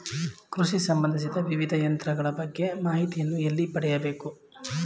ಕೃಷಿ ಸಂಬಂದಿಸಿದ ವಿವಿಧ ಯಂತ್ರಗಳ ಬಗ್ಗೆ ಮಾಹಿತಿಯನ್ನು ಎಲ್ಲಿ ಪಡೆಯಬೇಕು?